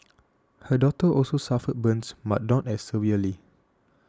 her daughter also suffered burns but not as severely